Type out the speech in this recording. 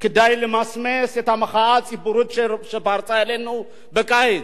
כדי למסמס את המחאה הציבורית שפרצה אלינו בקיץ.